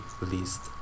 Released